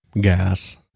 Gas